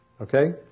okay